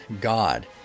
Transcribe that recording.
God